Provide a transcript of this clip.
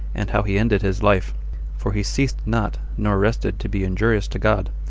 and how he ended his life for he ceased not nor rested to be injurious to god,